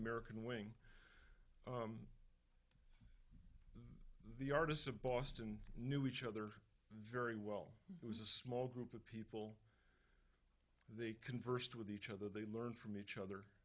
american wing the artists of boston knew each other very well it was a small group of people they conversed with each other they learn from each other